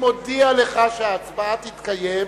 לך שההצבעה תתקיים